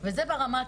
וזה ברמה הכללית,